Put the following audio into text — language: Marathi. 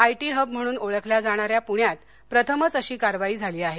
आई टी हब म्हणून ओळखल्या जाणाऱ्या पुण्यात प्रथमच अशी कारवाई झाली आहे